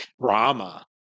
drama